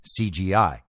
CGI